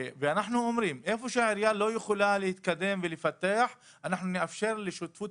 אנחנו אומרים איפה שהעירייה לא יכולה להתקדם ולפתח אנחנו נאפשר לשיתופי